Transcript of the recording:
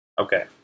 Okay